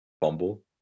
fumble